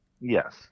Yes